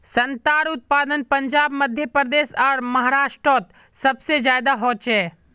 संत्रार उत्पादन पंजाब मध्य प्रदेश आर महाराष्टरोत सबसे ज्यादा होचे